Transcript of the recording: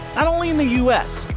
not only in the u s,